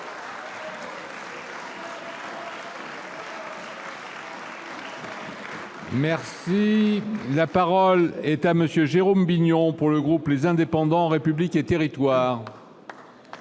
faire ! La parole est à M. Jérôme Bignon, pour le groupe Les Indépendants-République et Territoires.